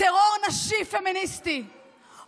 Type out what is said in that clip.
טלי גוטליב ביקשה הודעה אישית.